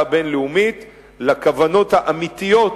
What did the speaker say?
הבין-לאומית לגבי הכוונות האמיתיות